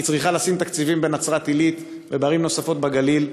היא צריכה לשים תקציבים בנצרת-עילית ובערים נוספות בגליל.